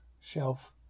shelf